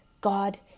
God